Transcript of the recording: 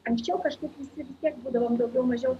anksčiau kažkaip visi tiek būdavom daugiau mažiau